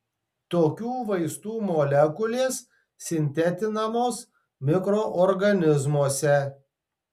tokių vaistų molekulės sintetinamos mikroorganizmuose